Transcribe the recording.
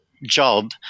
Job